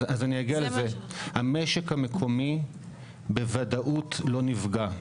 המשק המקומי בוודאות לא נפגע.